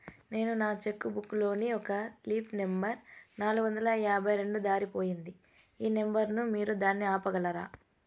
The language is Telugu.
నేను నా చెక్కు బుక్ లోని ఒక లీఫ్ నెంబర్ నాలుగు వందల యాభై రెండు దారిపొయింది పోయింది ఈ నెంబర్ ను మీరు దాన్ని ఆపగలరా?